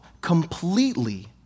completely